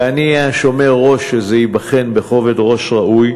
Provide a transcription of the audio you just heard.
ואני אהיה השומר-ראש שזה ייבחן בכובד ראש ראוי,